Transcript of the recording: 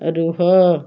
ରୁହ